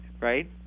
right